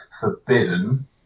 Forbidden